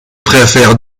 préfère